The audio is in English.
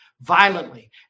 violently